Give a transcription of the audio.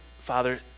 father